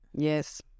Yes